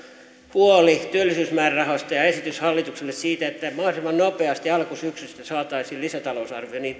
huoli työllisyysmäärärahoista ja esitys hallitukselle siitä että mahdollisimman nopeasti alkusyksystä saataisiin lisätalousarvio